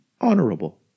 honorable